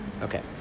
Okay